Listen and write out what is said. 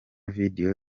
video